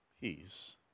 peace